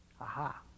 Aha